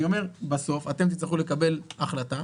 אני אומר, בסוף אתם תצטרכו לקבל החלטה